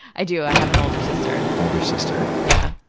i do. i have an older sister. older sister. yeah.